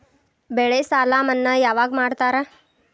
ಬೆಳೆ ಸಾಲ ಮನ್ನಾ ಯಾವಾಗ್ ಮಾಡ್ತಾರಾ?